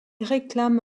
réclame